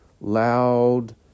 loud